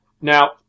Now